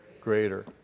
greater